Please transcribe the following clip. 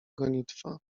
gonitwa